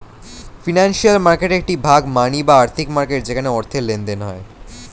financial মার্কেটের একটি ভাগ মানি বা আর্থিক মার্কেট যেখানে অর্থের লেনদেন হয়